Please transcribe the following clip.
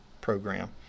program